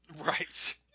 Right